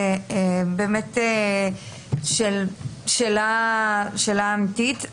זו שאלה אמיתית.